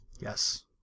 yes